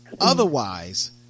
otherwise